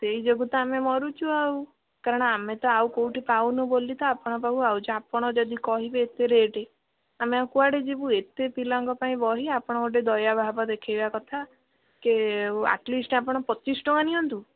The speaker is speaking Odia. ସେଇ ଯୋଗୁଁ ତ ଆମେ ମରୁଛୁ ଆଉ କାରଣ ଆମେ ତ ଆଉ କୋଉଠି ପାଉନୁ ବୋଲି ତ ଆପଣଙ୍କ ପାଖକୁ ଆସୁଛୁ ଆପଣ ଯଦି କହିବେ ଏତେ ରେଟ୍ ଆମେ ଆଉ କୁଆଡ଼େ ଯିବୁ ଏତେ ପିଲାଙ୍କ ପାଇଁ ବହି ଆପଣଙ୍କ ଟିକେ ଦୟା ଭାବ ଦେଖେଇବା କଥା କି ଆଟ୍ଲିଷ୍ଟ୍ ଆପଣ ପଚିଶ ଟଙ୍କା ନିଅନ୍ତୁ